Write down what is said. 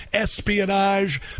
espionage